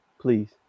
please